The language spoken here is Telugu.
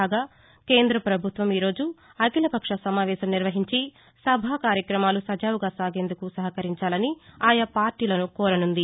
కాగా కేంద్రపభుత్వం ఈరోజు అఖిలపక్షసమావేశం నిర్వహించి సభాకార్యకలాపాలు సజావుగా సాగేందుకు సహకరించాలని ఆయా పార్టీలను కోరనుంది